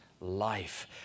life